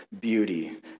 beauty